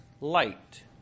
light